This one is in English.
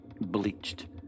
bleached